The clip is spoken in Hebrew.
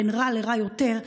בין רע לרע יותר,